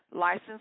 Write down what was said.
licensed